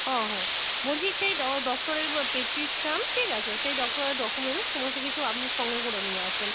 ও হুম বলছি সেই ড ডক্টরের প্রেসক্রিপশন ঠিক আছে সেই ডক্টরের ডকুমেন্টস সমস্ত কিছু আপনি সঙ্গে করে নিয়ে আসবেন